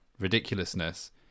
Ridiculousness